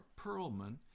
Perlman